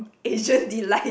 Asian delight